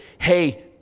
Hey